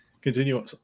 continue